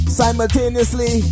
simultaneously